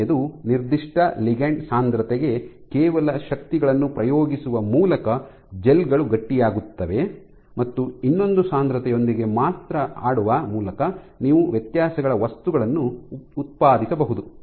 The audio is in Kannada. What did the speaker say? ಮೊದಲನೆಯದು ನಿರ್ದಿಷ್ಟ ಲಿಗಂಡ್ ಸಾಂದ್ರತೆಗೆ ಕೇವಲ ಶಕ್ತಿಗಳನ್ನು ಪ್ರಯೋಗಿಸುವ ಮೂಲಕ ಜೆಲ್ ಗಳು ಗಟ್ಟಿಯಾಗುತ್ತವೆ ಮತ್ತು ಇನ್ನೊಂದು ಸಾಂದ್ರತೆಯೊಂದಿಗೆ ಮಾತ್ರ ಆಡುವ ಮೂಲಕ ನೀವು ವ್ಯತ್ಯಾಸಗಳ ವಸ್ತುಗಳನ್ನು ಉತ್ಪಾದಿಸಬಹುದು